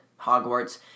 Hogwarts